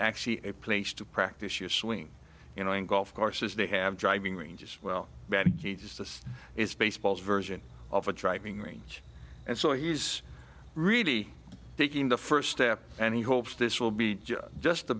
actually a place to practice your swing you know in golf courses they have a driving range as well as this is baseball's version of a driving range and so he's really taking the first step and he hopes this will be just the